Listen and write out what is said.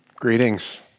Greetings